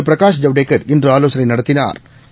Prakash Javadekar இன்றுஆலோசனைநடத்தினாா்